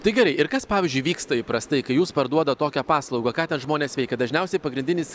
tai gerai ir kas pavyzdžiui vyksta įprastai kai jūs parduodat tokią paslaugą ką ten žmonės veikia dažniausiai pagrindinis